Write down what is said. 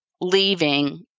leaving